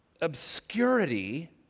obscurity